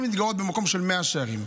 במקום של מאה שערים,